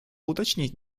уточнить